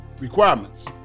requirements